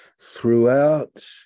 throughout